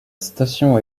station